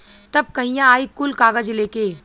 तब कहिया आई कुल कागज़ लेके?